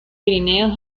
pirineos